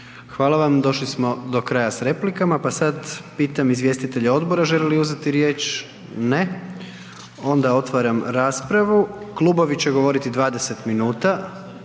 Hvala vam. Došli smo do kraja s replikama pa sad pitam izvjestitelja odbora želi li uzeti riječ? Ne. Otvaram raspravu. Klubovi će govoriti 20 minuta,